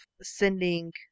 sending